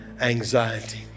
anxiety